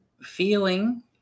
feeling